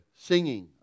singing